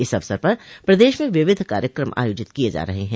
इस अवसर पर प्रदेश में विविध कार्यक्रम आयोजित किये जा रहे हैं